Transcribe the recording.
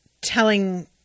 telling